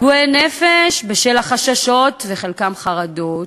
פגועי נפש, בשל החששות, ולחלקם בשל חרדות,